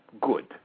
good